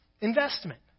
investment